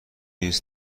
نیز